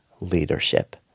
leadership